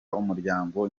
umuryango